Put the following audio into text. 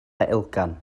elgan